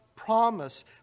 promise